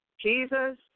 Jesus